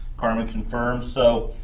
carmen confirms, so,